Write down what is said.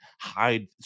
hide